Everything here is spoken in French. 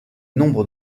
nombre